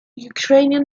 ukrainian